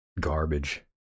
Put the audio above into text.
garbage